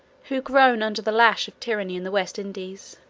who groan under the lash of tyranny in the west indies.